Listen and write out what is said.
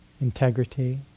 Integrity